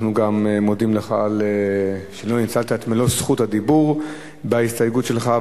אנחנו גם מודים לך שלא ניצלת את מלוא רשות הדיבור בהסתייגות שלך.